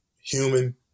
human